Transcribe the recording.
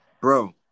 bro